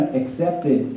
accepted